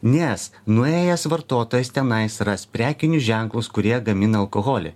nes nuėjęs vartotojas tenai suras prekinius ženklus kurie gamina alkoholį